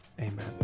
Amen